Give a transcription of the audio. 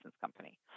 company